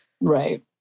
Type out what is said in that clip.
Right